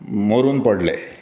मरून पडले